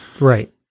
Right